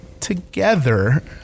Together